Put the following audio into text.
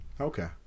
Okay